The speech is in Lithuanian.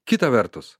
kita vertus